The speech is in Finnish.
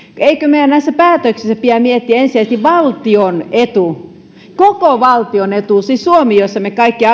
eikö meidän näissä päätöksissä pidä miettiä ensisijaisesti valtion etua koko valtion etua siis suomen jossa me kaikki